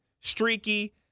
streaky